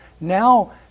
Now